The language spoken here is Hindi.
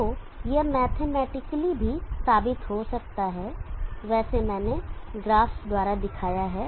तो यह मैथमेटिकली भी साबित हो सकता है वैसे मैंने ग्राफ द्वारा दिखाया है